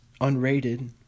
Unrated